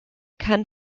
kann